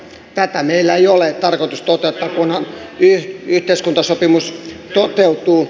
näitä meillä ei ole tarkoitus toteuttaa kunhan yhteiskuntasopimus toteutuu